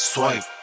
Swipe